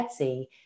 Etsy